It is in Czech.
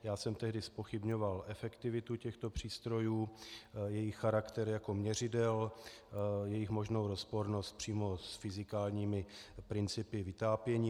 Já jsem tehdy zpochybňoval efektivitu těchto přístrojů, jejich charakter jako měřidel, jejich možnou rozpornost přímo s fyzikálními principy vytápění.